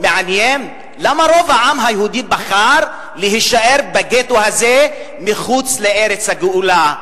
מעניין למה רוב העם היהודי בחר להישאר בגטו הזה מחוץ לארץ הגאולה?